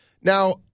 Now